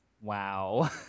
Wow